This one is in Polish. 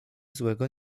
złego